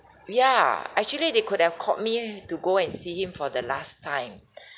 ya actually they could have called me to go and see him for the last time